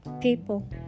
People